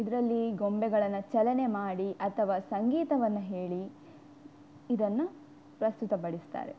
ಇದರಲ್ಲಿ ಗೊಂಬೆಗಳನ್ನು ಚಲನೆ ಮಾಡಿ ಅಥವಾ ಸಂಗೀತವನ್ನು ಹೇಳಿ ಇದನ್ನು ಪ್ರಸ್ತುತಪಡಿಸ್ತಾರೆ